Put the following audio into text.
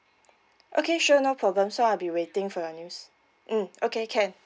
okay sure problem so I'll be waiting for your news mm okay can